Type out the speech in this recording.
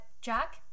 Jack